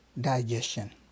digestion